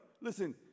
listen